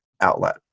outlet